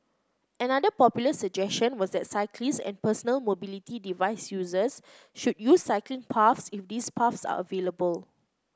another popular suggestion was that cyclists and personal mobility device users should use cycling paths if these paths are available